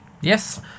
Yes